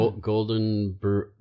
Golden